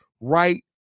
right